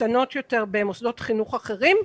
קטנות יותר במוסדות חינוך אחרים,